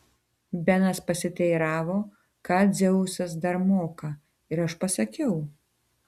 benas pasiteiravo ką dzeusas dar moka ir aš pasakiau